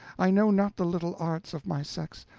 i know not the little arts of my sex.